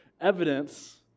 evidence